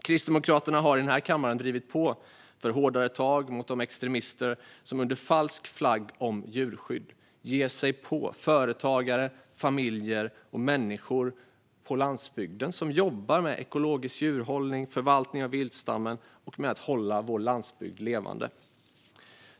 Kristdemokraterna har i denna kammare drivit på för hårdare tag mot de extremister som under falsk flagg om djurskydd ger sig på företagare, familjer och människor på landsbygden som jobbar med ekologisk djurhållning, förvaltning av viltstammen och att hålla vår landsbygd levande.